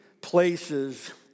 places